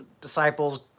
disciples